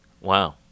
Wow